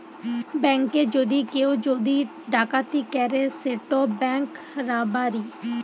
ব্যাংকে যদি কেউ যদি ডাকাতি ক্যরে সেট ব্যাংক রাবারি